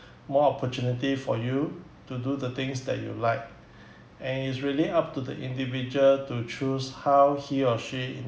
more opportunity for you to do the things that you like and it's really up to the individual to choose how he or she